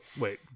wait